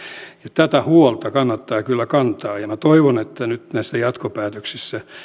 tätä huolta kannattaa kyllä kantaa minä toivon että nyt näissä jatkopäätöksissä